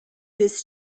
his